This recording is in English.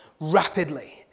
rapidly